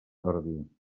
ordi